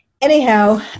Anyhow